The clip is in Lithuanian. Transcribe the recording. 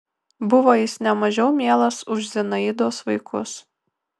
buvo jis ne mažiau mielas už zinaidos vaikus